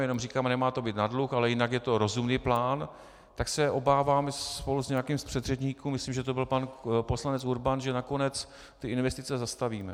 Jenom říkáme, nemá to být na dluh, ale jinak je to rozumný plán, tak se obávám spolu s nějakým z předřečníků, myslím, že to byl pan poslanec Urban, že nakonec ty investice zastavíme.